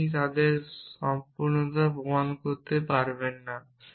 আপনি তাদের সম্পূর্ণতা প্রমাণ করতে পারবেন না